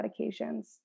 medications